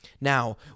Now